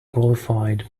qualified